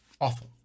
Awful